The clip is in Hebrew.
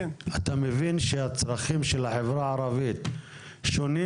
אתה מבין שהצרכים של החברה הערבית שונים